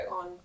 on